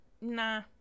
nah